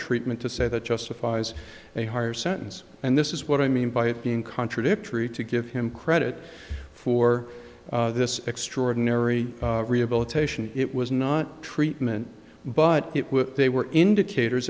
treatment to say that justifies a higher sentence and this is what i mean by it being contradictory to give him credit for this extraordinary rehabilitation it was not treatment but they were indicators